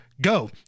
go